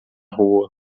rua